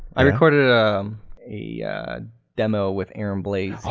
i recorded ah um a demo with aaron blaise.